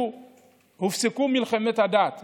כשהופסקו מלחמות הדת באתיופיה.